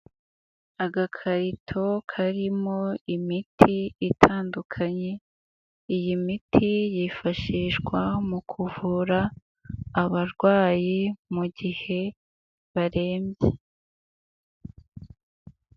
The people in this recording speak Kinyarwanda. Agakarito karimo imiti itandukanye iyi miti yifashishwa mu kuvura abarwayi mu gihe barembye.